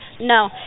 No